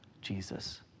Jesus